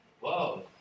Whoa